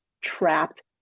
trapped